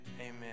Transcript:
amen